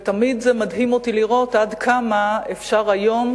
ותמיד מדהים אותי לראות עד כמה אפשר היום,